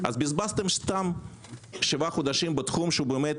בזבזתם שבעה חודשים סתם, בתחום שהוא באמת